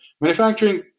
Manufacturing